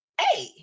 hey